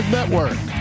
Network